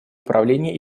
управления